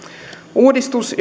uudistus